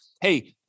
Hey